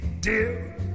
dear